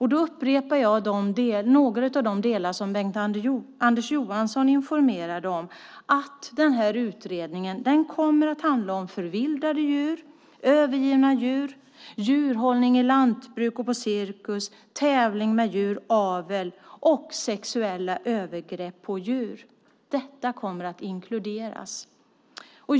Jag upprepar något av det som Bengt-Anders Johansson informerade om. Den här utredningen kommer att handla om förvildade djur, övergivna djur, djurhållning i lantbruk och på cirkus, tävling med djur, avel och sexuella övergrepp på djur. Detta kommer att inkluderas.